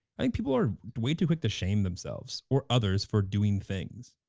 i think people are way too quick to shame themselves or others for doing things.